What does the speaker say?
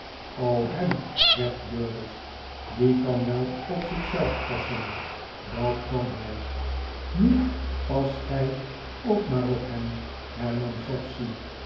hem zegt durdels die kan wel op zich zelf passen dat kan hy nu pas go ook maar op hem